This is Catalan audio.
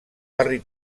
barri